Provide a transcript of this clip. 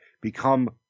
become